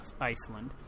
Iceland